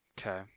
okay